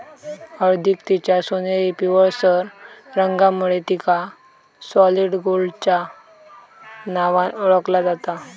हळदीक तिच्या सोनेरी पिवळसर रंगामुळे तिका सॉलिड गोल्डच्या नावान ओळखला जाता